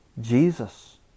Jesus